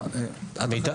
אני אחראית.